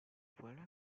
voilà